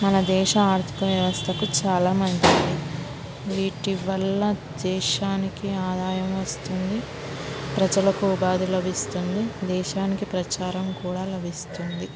మన దేశ ఆర్థిక వ్యవస్థకు చాలా మంచిది వీటివల్ల దేశానికి ఆదాయం వస్తుంది ప్రజలకు ఉపాధి లభిస్తుంది దేశానికి ప్రచారం కూడా లభిస్తుంది